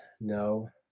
no